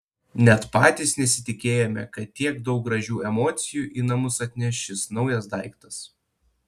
net patys nesitikėjome kad tiek daug gražių emocijų į namus atneš šis naujas daiktas